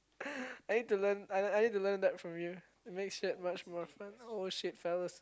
I need to learn I need to learn that from you I makes it much more fun oh shit fellas